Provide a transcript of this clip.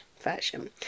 version